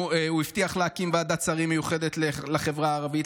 הוא הבטיח להקים ועדת שרים מיוחדת לחברה הערבית,